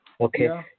Okay